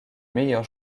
meilleur